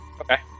Okay